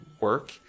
work